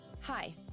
Hi